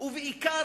ובעיקר,